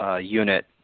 unit